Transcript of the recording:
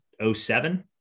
07